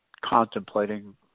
contemplating